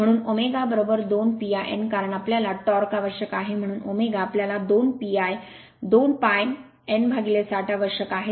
म्हणून ω 2 pi n कारण आम्हाला टॉर्क आवश्यक आहे म्हणून ω आम्हाला 2 pi n60 आवश्यक आहे